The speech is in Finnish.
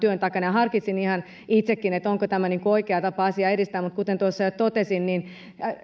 työn takana ja harkitsin ihan itsekin onko tämä oikea tapa asiaa edistää mutta kuten jo totesin